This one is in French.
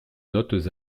notes